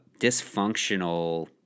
dysfunctional